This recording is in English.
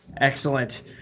Excellent